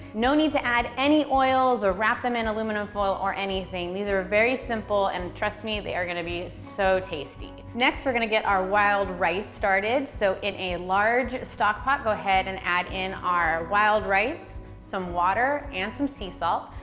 no need to add any oils or wrap them in aluminum foil or anything. these are very simple, and trust me, they are gonna be so tasty. next, we're gonna get our wild rice started, so in a large stockpot, go ahead and add in our wild rice, some water, and some sea salt.